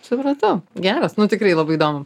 supratau geras nu tikrai labai įdomu